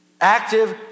Active